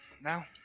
now